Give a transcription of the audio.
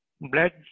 blood